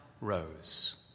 Rose